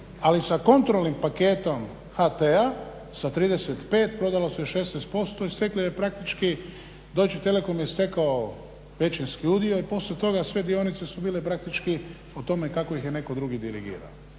ali sa kontrolnim paketom HT-a sa 35 prodalo se 16% i stekla je praktički Deutsche Telekom je stekao većinski udio i poslije toga je sve dionice su bile praktički po tome kako ih je netko drugi dirigirao.